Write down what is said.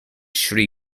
sri